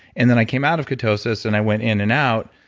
and then, i came out of ketosis, and i went in and out.